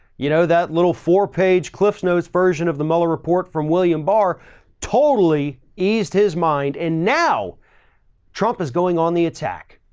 you know that little four page cliff's notes version of the mueller report from william barr totally eased his mind and now trump has going on the attack.